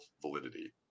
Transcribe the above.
validity